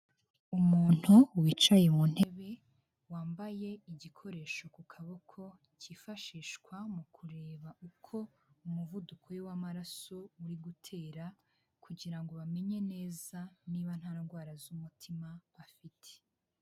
Umuntu wicaye mu ntebe, wambaye igikoresho ku kaboko cyifashishwa mu kureba uko umuvuduko we w'amaraso uri gutera, kugira ngo bamenye neza niba nta ndwara z'umutima afite.